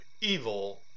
evil